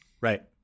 Right